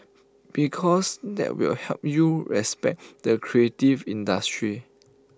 because that will help you respect the creative industry